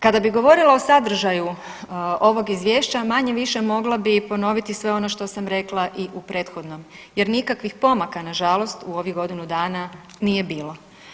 Kada bih govorila o sadržaju ovog izvješća manje-više mogla bih ponoviti sve ono što sam rekla i u prethodnom, jer nikakvih pomaka na žalost u ovih godinu dana nije bilo.